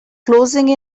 closing